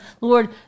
lord